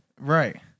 Right